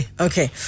Okay